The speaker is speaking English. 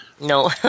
No